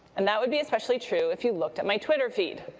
and that would be especially true if you looked at my twitter feed.